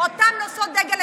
אותן נושאות דגל,